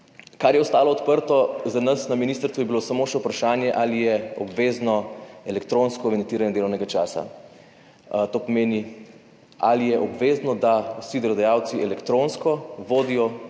Kar je ostalo odprto za nas na ministrstvu je bilo samo še vprašanje, ali je obvezno elektronsko evidentiranje delovnega časa. To pomeni, ali je obvezno, da vsi delodajalci elektronsko vodijo